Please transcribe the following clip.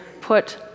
put